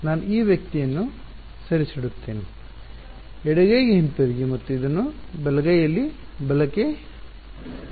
ನಾನು ಈ ವ್ಯಕ್ತಿಯನ್ನು ಸರಿಸುತ್ತೇನೆ ಎಡಗೈಗೆ ಹಿಂತಿರುಗಿ ಮತ್ತು ಇದನ್ನು ಬಲಗೈಯಲ್ಲಿ ಬಲಕ್ಕೆ ಇರಿಸುತ್ತೇನೆ